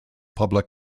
public